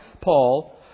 Paul